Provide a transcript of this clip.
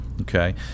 Okay